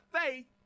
faith